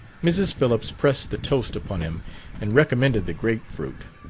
mrs. phillips pressed the toast upon him and recommended the grape-fruit.